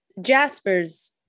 Jaspers